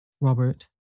Robert